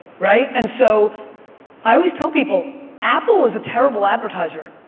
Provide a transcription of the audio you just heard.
right and so i always tell people apple is a terrible advertiser.